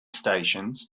stations